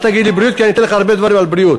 אל תגיד לי בריאות כי אני אתן לך הרבה דברים על בריאות.